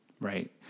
Right